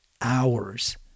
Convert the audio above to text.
hours